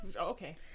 Okay